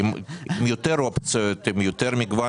עם יותר אופציות, עם יותר מגוון